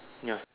ya